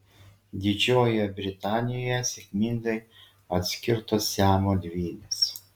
didžiojoje britanijoje sėkmingai atskirtos siamo dvynės